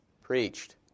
preached